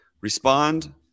Respond